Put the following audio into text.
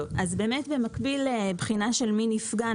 במקביל לבחינה של מי נפגע,